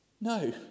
No